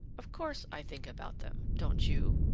of course i think about them. don't you?